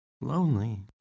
lonely